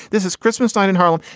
this is christmastime in harlem.